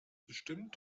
bestimmt